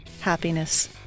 happiness